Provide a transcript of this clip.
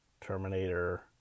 Terminator